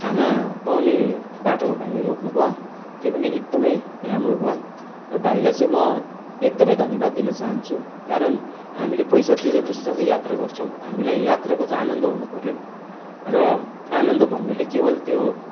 खाना पाउने बाटोमा भाइले रोक्नु भयो त्यो पनि एकदमै राम्रो भयो र भाइलाई चाहिँ म एकदमै धन्यवाद दिन चाहन्छु कारण हामीले पैसा तिरेपछि जब यात्रा गर्छौँ हामीलाई यात्राको चाहिँ आनन्द आउनु पर्यो र आनन्द भन्नाले केवल त्यो